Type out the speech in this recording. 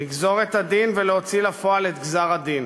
לגזור את הדין ולהוציא לפועל את גזר-הדין.